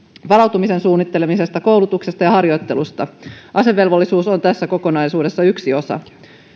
varautumisen suunnittelemisesta koulutuksesta ja harjoittelusta asevelvollisuus on tässä kokonaisuudessa yksi osa